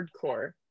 Hardcore